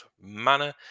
manner